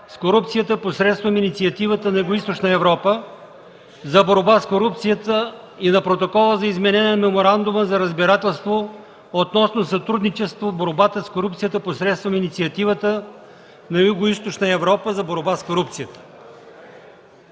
с корупцията посредством Инициативата на Югоизточна Европа за борба с корупцията и на Протокола за изменение на Меморандума за разбирателство относно сътрудничество в борбата с корупцията посредством Инициативата на Югоизточна Европа за борба с корупцията,